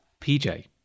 PJ